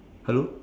hello